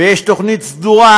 ויש תוכנית סדורה,